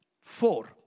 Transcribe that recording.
four